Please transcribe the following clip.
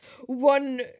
one